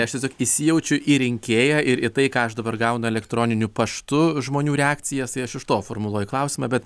aš tiesiog įsijaučiu į rinkėją ir į tai ką aš dabar gaunu elektroniniu paštu žmonių reakcijas tai aš iš to formuluoju klausimą bet